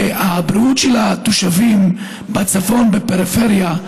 מהבריאות של התושבים בצפון ובפריפריה,